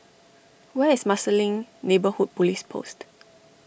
where is Marsiling Neighbourhood Police Post